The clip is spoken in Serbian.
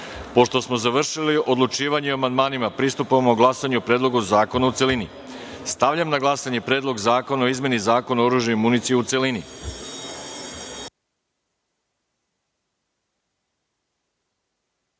smo završili odlučivanje o amandmanima, pristupamo glasanju o Predlogu zakona u celini. Stavljam na glasanje Predlog zakona o izmeni Zakona o oružju i municiji, u